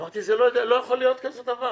אמרתי, לא יכול להיות כזה דבר,